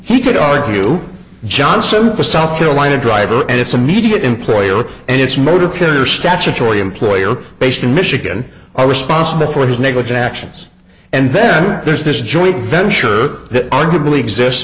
he could argue john simm for south carolina driver and its immediate employer and its motor carrier statutory employer based in michigan are responsible for his negligent actions and then there's this joint venture that arguably exists